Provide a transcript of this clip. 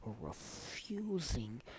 refusing